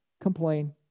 Complain